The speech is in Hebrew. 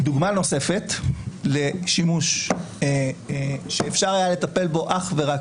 דוגמה נוספת לשימוש שאפשר היה לטפל בו אך ורק